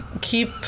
keep